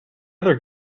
other